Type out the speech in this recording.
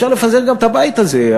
אפשר גם לפזר את הבית הזה,